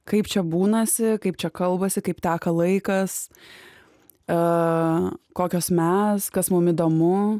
kaip čia būnasi kaip čia kalbasi kaip teka laikas a kokios mes kas mum įdomu